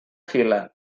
fila